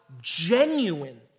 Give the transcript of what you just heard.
genuine